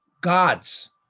gods